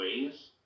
ways